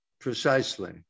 Precisely